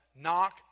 knock